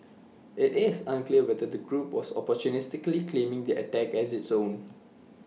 IT is unclear whether the group was opportunistically claiming the attack as its own